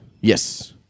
Yes